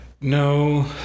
no